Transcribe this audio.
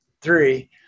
three